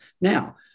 now